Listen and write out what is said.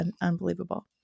unbelievable